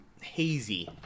hazy